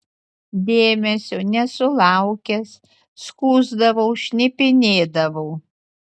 dėmesio nesulaukęs skųsdavau šnipinėdavau